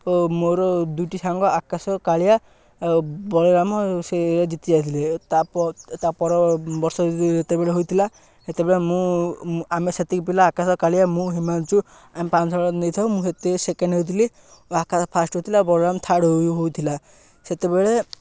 ଓ ମୋର ଦୁଇଟି ସାଙ୍ଗ ଆକାଶ କାଳିଆ ବଳରାମ ସେ ଜିତି ଯାଇଥିଲେ ତା ତାପର ବର୍ଷ ଯେତେବେଳେ ହୋଇଥିଲା ସେତେବେଳେ ମୁଁ ଆମେ ସେତିକି ପିଲା ଆକାଶ କାଳିଆ ମୁଁ ହିମାଂଶୁ ଆମେ ପାଞ୍ଚ ଜଣ ନେଇଥାଉ ମୁଁ ସେତେ ସେକେଣ୍ଡ ହୋଇଥିଲି ଓ ଆକାଶ ଫାର୍ଷ୍ଟ ହୋଇଥିଲା ବଳରାମ ଥାର୍ଡ଼ ହୋଇଥିଲା ସେତେବେଳେ